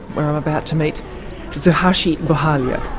where i'm about to meet so urvashi butalia.